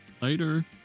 Later